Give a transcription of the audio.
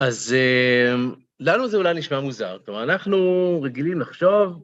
אז לנו זה אולי נשמע מוזר, זאת אומרת, אנחנו רגילים לחשוב...